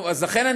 לכן,